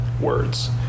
words